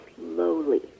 slowly